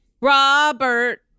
Robert